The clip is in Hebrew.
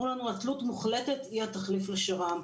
שהתלות המוחלטת היא התחליף לשר"מ.